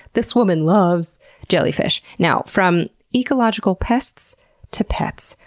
this woman loooves jellyfish. now from ecological pests to pets?